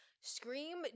scream